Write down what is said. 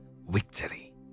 Victory